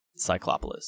Cyclopolis